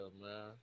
man